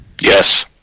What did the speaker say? Yes